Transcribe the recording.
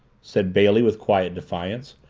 said bailey with quiet defiance.